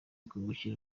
kungukira